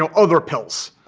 um other pills,